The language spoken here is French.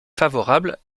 favorable